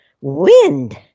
wind